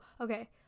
okay